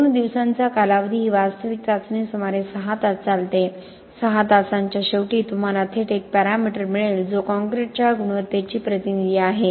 2 दिवसांचा कालावधी ही वास्तविक चाचणी सुमारे 6 तास चालते 6 तासांच्या शेवटी तुम्हाला थेट एक पॅरामीटर मिळेल जो काँक्रीटच्या गुणवत्तेचा प्रतिनिधी आहे